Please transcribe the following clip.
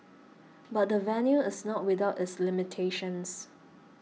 but the venue is not without its limitations